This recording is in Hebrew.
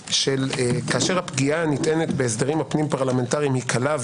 שכאשר הפגיעה הנטענת בהסדרים הפנים-פרלמנטריים היא קלה,